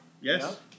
Yes